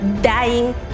dying